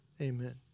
Amen